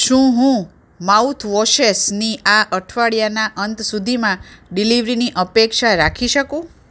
શું હું માઉથવોશેસની આ અઠવાડિયાના અંત સુધીમાં ડિલિવરીની અપેક્ષા રાખી શકું